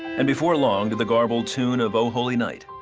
and before long, to the garbled tune of oh, holy night.